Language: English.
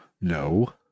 No